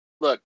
look